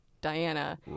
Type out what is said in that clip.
Diana